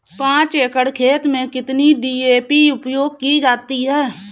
पाँच एकड़ खेत में कितनी डी.ए.पी उपयोग की जाती है?